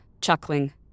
chuckling